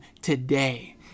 today